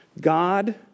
God